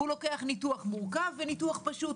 הוא לוקח ניתוח מורכב וניתוח פשוט,